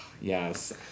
Yes